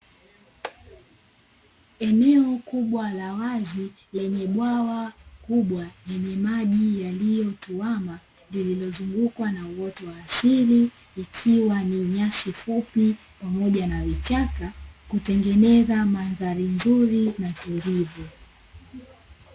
Eneo kubwa la wazi lenye bwawa kubwa lenye maji yalilyo tuama, lililozungukwa na uoto wa asili, ikiwa ni nyasi fupi pamoja na vichaka. Kutengeneza mandhari nzuri na tulivu.